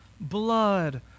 blood